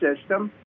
system